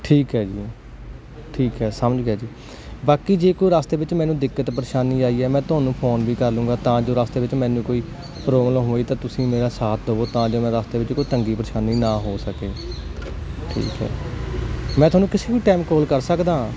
ਠੀਕ ਹ ਜੀ ਠੀਕ ਹ ਸਮਝ ਗਿਆ ਜੀ ਬਾਕੀ ਜੇ ਕੋਈ ਰਸਤੇ ਵਿੱਚ ਮੈਨੂੰ ਦਿੱਕਤ ਪਰੇਸ਼ਾਨੀ ਆਈ ਹ ਮੈਂ ਤੁਹਾਨੂੰ ਫੋਨ ਵੀ ਕਰ ਲਉਂਗਾ ਤਾਂ ਜੋ ਰਸਤੇ ਵਿੱਚ ਮੈਨੂੰ ਕੋਈ ਪ੍ਰੋਬਲਮ ਹੋਈ ਤਾਂ ਤੁਸੀਂ ਮੇਰਾ ਸਾਥ ਦਵੋ ਤਾਂ ਜੋ ਮੈਂ ਰਸਤੇ ਵਿੱਚ ਕੋਈ ਤੰਗੀ ਪਰੇਸ਼ਾਨੀ ਨਾ ਹੋ ਸਕੇ ਠੀਕ ਐ ਮੈਂ ਤੁਹਾਨੂੰ ਪਿੱਛੇ ਵੀ ਟਾਈਮ ਕੋਲ ਕਰ ਸਕਦਾ